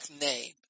name